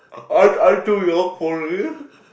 aren't I too young for this